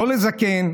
לא לזקן,